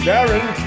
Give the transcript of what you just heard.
Darren